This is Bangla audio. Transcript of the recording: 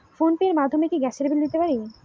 ফোন পে র মাধ্যমে কি গ্যাসের বিল দিতে পারি?